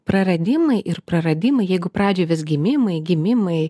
praradimai ir praradimai jeigu pradžioj vis gimimai gimimai